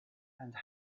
and